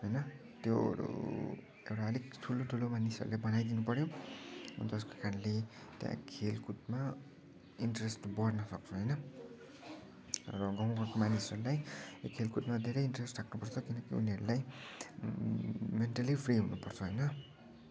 होइन त्योहरू एउटा अलिक ठुलोठुलो मानिसहरूले बनाइदिनु पऱ्यो जस्को कारणले त्यहाँ खेलकुदमा इन्ट्रेस्ट बढ्न सक्छ होइन र गाउँ घरको मानिसहरूलाई यो खेलकुदमा धेरै इन्ट्रेस्ट राख्नुपर्छ किनकि उनीहरूलाई मेन्टल्ली फ्रि हुनुपर्छ होइन